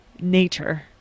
nature